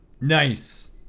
Nice